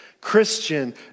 Christian